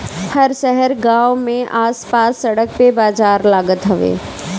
हर शहर गांव में आस पास सड़क पे बाजार लागत हवे